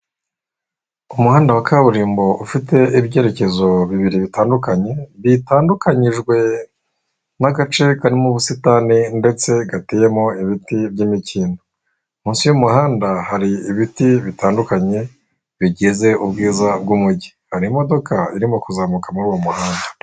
Umuhanda wa kaburimbo ufite ibyerekezo bibiri bitandukanye, bitandukanyijwe n'agace karimo ubusitani ndetse gateyemo ibiti by'imikindo. Munsi y'umuhanda hari ibiti bitandukanye bigize ubwiza bw'umujyi. Hari imodoka irimo kuzamuka muri uwo muhanda.